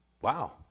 Wow